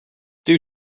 due